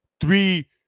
three